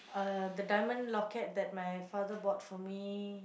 uh the diamond locket that my father bought for me